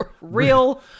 real